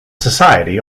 society